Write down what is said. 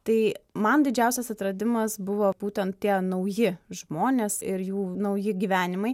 tai man didžiausias atradimas buvo būtent tie nauji žmonės ir jų nauji gyvenimai